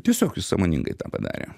tiesiog jis sąmoningai tą padarė